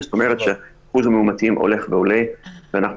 זאת אומרת שאחוז המאומתים הולך ועולה ואנחנו